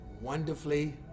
wonderfully